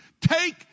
take